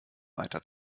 weiter